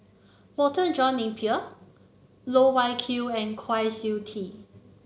Walter John Napier Loh Wai Kiew and Kwa Siew Tee